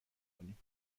کنیم